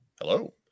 Hello